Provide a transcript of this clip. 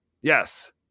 Yes